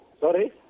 Sorry